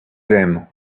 them